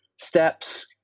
steps